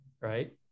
right